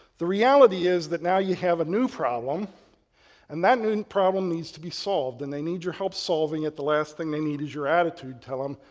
the reality is that now you have a new problem and that new problem needs to be solved and they need your help solving it, the last thing they need is your attitude, tell him,